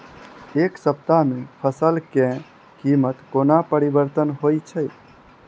एक सप्ताह मे फसल केँ कीमत कोना परिवर्तन होइ छै?